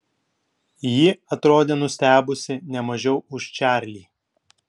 ji atrodė nustebusi ne mažiau už čarlį